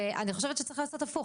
אני חושבת שצריך לעשות הפוך,